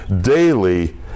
daily